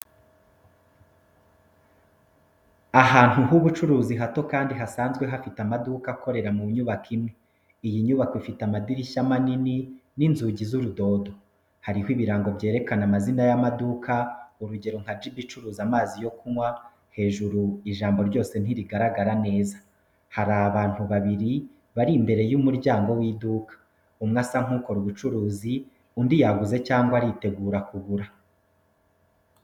Ahantu h’ubucuruzi hato kandi hasanzwe hafite amaduka akorera mu nyubako imwe. Iyi nyubako ifite amadirishya manini n'inzugi z'urudodo hariho ibirango byerekana amazina y’amaduka urugero nka jibu icuruza amazi yo kunywa hejuru ijambo ryose ntirigaragara neza. Hari abantu babiri bari imbere y’umuryango w’iduka, umwe asa nk’ukora ubucuruzi undi yaguze cyangwa aritegura kugura.